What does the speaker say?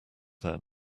there